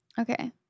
Okay